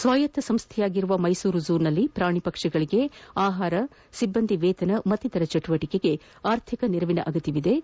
ಸ್ನಾಯತ್ತ ಸಂಸ್ಥೆಯಾಗಿರುವ ಮೃಗಾಲಯದಲ್ಲಿ ಪ್ರಾಣಿ ಪಕ್ಷಿಗಳಗೆ ಆಹಾರ ಸಿಬ್ಬಂದಿ ವೇತನ ಮತ್ತಿತರ ಚಟುವಟಿಕೆಗಳಿಗೆ ಆರ್ಥಿಕ ನೆರವಿನ ಅಗತ್ತವಿದ್ದು